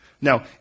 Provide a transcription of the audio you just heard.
Now